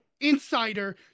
insider